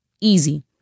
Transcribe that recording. Easy